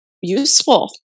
useful